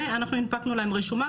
ואנחנו הנפקנו להם רשומה,